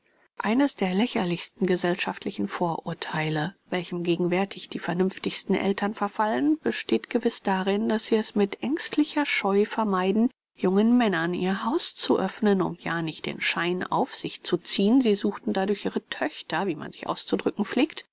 eines der lächerlichsten gesellschaftlichen vorurtheile welchem gegenwärtig die vernünftigsten eltern verfallen besteht gewiß darin daß sie es mit ängstlicher scheu vermeiden jungen männern ihr haus zu öffnen um ja nicht den schein auf sich zu ziehen sie suchten dadurch ihre töchter wie man sich auszudrücken pflegt